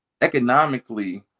economically